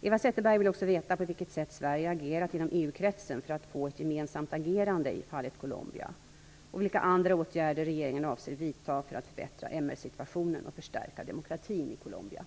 Eva Zetterberg vill också veta på vilket sätt Sverige agerat inom EU-kretsen för att få ett gemensamt agerande i fallet Colombia och vilka andra åtgärder regeringen avser vidta för att förbättra MR-situationen och förstärka demokratin i Colombia.